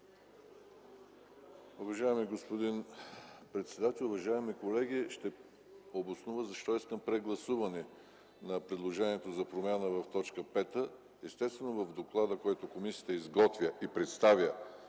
Уважаеми господин председател, уважаеми колеги! Ще обоснова защо искам прегласуване на предложението за промяна в т. 5. Естествено, в доклада, който териториалните органи ще изготвят и представят